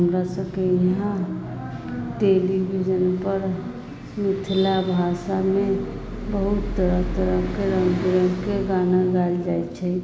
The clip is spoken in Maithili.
हमरासभके यहाँ टेलिविजनपर मिथिला भाषामे बहुत तरह तरहके रङ्ग बिरङ्गके गाना गाएल जाइत छै